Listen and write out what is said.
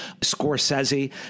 Scorsese